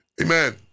Amen